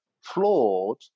flawed